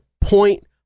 point